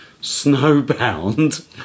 snowbound